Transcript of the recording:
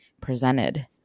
presented